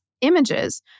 images